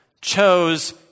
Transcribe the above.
chose